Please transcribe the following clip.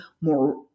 more